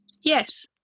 yes